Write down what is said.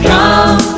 Come